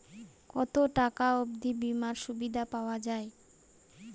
কত টাকা অবধি বিমার সুবিধা পাওয়া য়ায়?